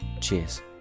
Cheers